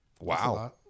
Wow